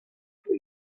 for